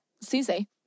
Susie